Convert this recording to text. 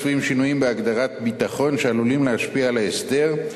צפויים שינויים בהגדרת "ביטחון" שעלולים להשפיע על ההסדר,